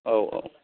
औ औ